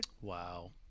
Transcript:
wow